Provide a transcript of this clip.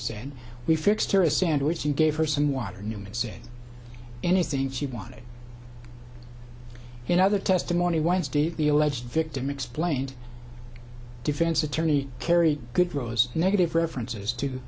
he said we fixed her a sandwich you gave her some water newman said anything she wanted in other testimony wednesday the alleged victim explained defense attorney carrie good rose negative references to